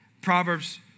Proverbs